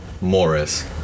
Morris